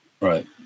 Right